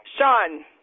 Sean